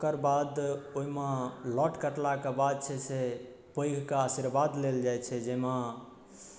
ओकर बाद ओहिमे लट कटला के बाद छै से पैघके आशीर्वाद लेल जाइ छै जाहिमे